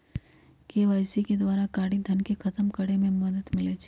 KYC के द्वारा कारी धन के खतम करए में मदद मिलइ छै